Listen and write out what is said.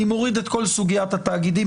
אני מוריד את כל סוגיית התאגידים,